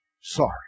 Sorry